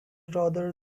rather